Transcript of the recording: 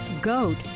goat